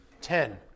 Ten